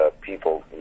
people